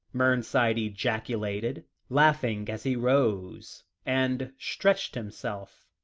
mernside ejaculated, laughing as he rose, and stretched himself,